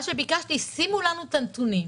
מה שביקשתי, שימו לנו את הנתונים